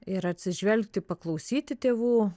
ir atsižvelgti paklausyti tėvų